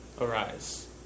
arise